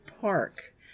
Park